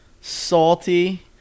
salty